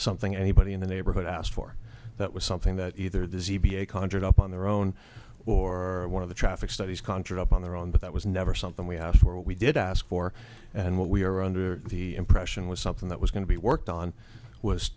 something anybody in the neighborhood asked for that was something that either the z b a conjured up on their own or one of the traffic studies conjured up on their own but that was never something we have or we did ask for and what we are under the impression was something that was going to be worked on was